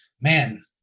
man